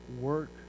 work